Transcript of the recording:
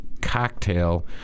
cocktail